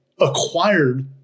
acquired